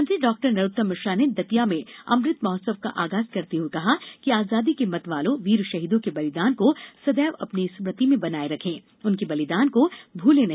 गृह मंत्री डॉ नरोत्तम मिश्रा ने दतिया में अमृत महोत्सव का आगाज करते हुए कहा कि आजादी के मतवालों वीर शहीदों के बलिदान को सदैव अपनी स्मृति में बनाए रखें उनके बलिदान को भूले नहीं